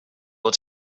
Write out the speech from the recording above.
will